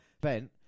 Ben